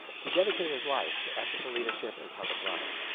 he dedicated his life to ethical leadership and public life.